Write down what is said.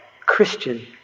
Christian